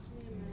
Amen